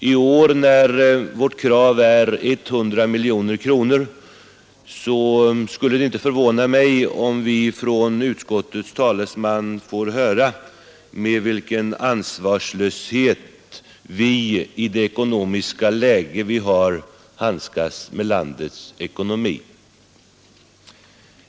I år när vårt krav är 100 miljoner kronor skulle det inte förvåna mig, om vi från utskottets talesman får höra, med vilken ansvarslöshet vi — i det ekonomiska läge som råder — handskas med landets ekonomi.